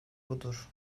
budur